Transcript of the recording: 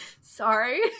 Sorry